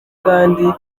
kandi